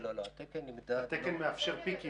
לא, לא, לא, התקן נמדד --- התקן מאפשר פיקים?